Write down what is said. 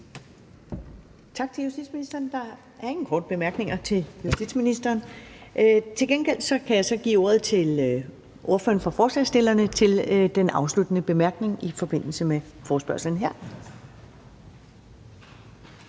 Tak til justitsministeren. Der er ingen korte bemærkninger til justitsministeren. Til gengæld kan jeg så give ordet til ordføreren for forespørgerne til den afsluttende bemærkning i forbindelse med forespørgslen her.